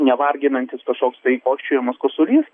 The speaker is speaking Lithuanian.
nevarginantis kažkoks tai kosčiojimas kosulys